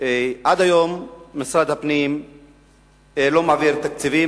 עד היום משרד הפנים לא מעביר תקציבים,